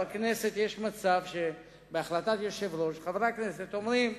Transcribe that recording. בכנסת יש מצב שבהחלטת היושב-ראש חברי הכנסת אומרים: